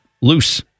loose